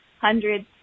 hundreds